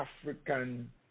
African